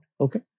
Okay